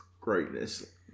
greatness